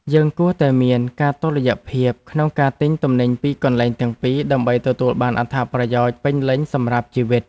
យើងគួរតែមានការតុល្យភាពក្នុងការទិញទំនិញពីកន្លែងទាំងពីរដើម្បីទទួលបានអត្ថប្រយោជន៍ពេញលេញសម្រាប់ជីវិត។